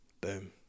boom